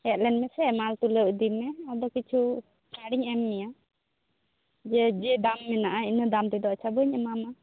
ᱦᱮᱡ ᱞᱮᱱ ᱢᱮᱥᱮ ᱢᱟᱞ ᱛᱩᱞᱟᱹᱣ ᱤᱫᱤᱢᱮ ᱟᱫᱚ ᱠᱤᱪᱷᱩ ᱪᱷᱟᱲ ᱤᱧ ᱮᱢ ᱢᱮᱭᱟ ᱡᱮ ᱡᱮᱫᱟᱢ ᱢᱮᱱᱟᱜᱼᱟ ᱤᱱᱟᱹ ᱫᱟᱢ ᱛᱮᱫᱚ ᱟᱪᱪᱷᱟ ᱵᱟᱹᱧ ᱮᱢᱟᱢᱟ